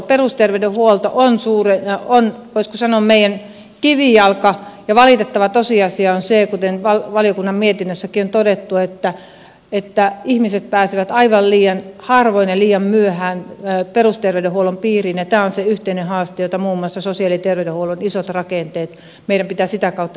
perusterveydenhuolto on voisiko sanoa meidän kivijalka ja valitettava tosiasia on se kuten valiokunnan mietinnössäkin on todettu että ihmiset pääsevät aivan liian harvoin ja liian myöhään perusterveydenhuollon piiriin ja tämä on se yhteinen haaste ja muun muassa sosiaali ja terveydenhuollon isojen rakenteiden kautta meidän pitää tämä asia saada kuntoon